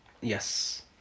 Yes